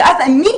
ואז אני,